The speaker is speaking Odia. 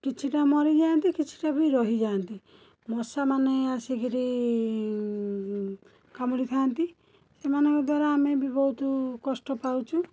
କିଛିଟା ମରିଯାଆନ୍ତି କିଛିଟା ବି ରହିଯାଆନ୍ତି ମଶାମାନେ ଆସିକିରି କାମୁଡ଼ିଖାଆନ୍ତି ସେମାନଙ୍କ ଦ୍ୱାରା ଆମେ ବି ବହୁତ କଷ୍ଟ ପାଉଛୁ